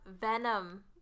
Venom